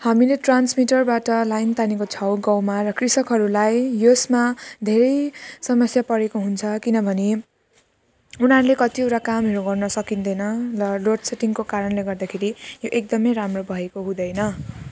हामीले ट्रान्समिटरबाट लाइन तानेको छौँ गाउँमा र कृषकहरूलाई यसमा धेरै समस्या परेको हुन्छ किनभने उनीहरूले कतिवटा कामहरू गर्न सकिँदैन र लोडसेडिङको कारणले गर्दाखेरि यो एकदमै राम्रो भएको हुँदैन